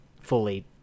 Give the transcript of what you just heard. fully